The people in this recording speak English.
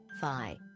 phi